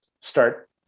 start